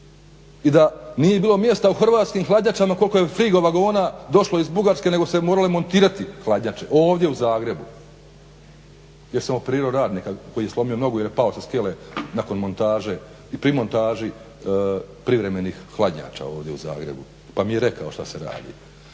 i da nije bilo mjesta u hrvatskim hladnjačama koliko je frigo vagona došlo iz Bugarske nego su se morale montirati hladnjače ovdje u Zagrebu gdje sam operirao radnika koji je slomio nogu jer je pao sa skele nakon montaže i pri montaži privremenih hladnjača ovdje u Zagrebu pa mi je rekao šta se radi.